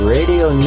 Radio